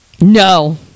No